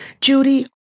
Judy